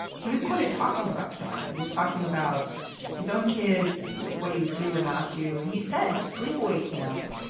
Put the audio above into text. he was quoted talking about camp and he's talking about his own kids and what he would do or not do. do. and he said, sleep away camp.